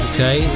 Okay